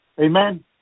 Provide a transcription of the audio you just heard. Amen